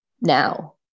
now